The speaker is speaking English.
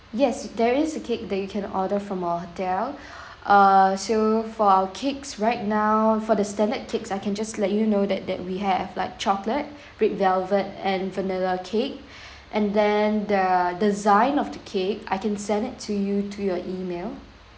yes there is a cake that you can order from our hotel uh so for our cakes right now for the standard cakes I can just let you know that that we have like chocolate red velvet and vanilla cake and then the design of the cake I can send it to you to your email